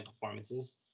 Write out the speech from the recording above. performances